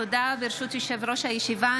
ברשות יושב-ראש הישיבה,